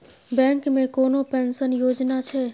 Bank मे कोनो pension योजना छै?